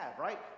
right